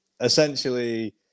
Essentially